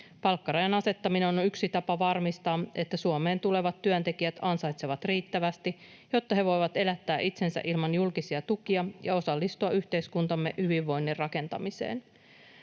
palkkarajan asettaminen on yksi tapa varmistaa, että Suomeen tulevat työntekijät ansaitsevat riittävästi, jotta he voivat elättää itsensä ilman julkisia tukia ja osallistua yhteiskuntamme hyvinvoinnin rakentamiseen.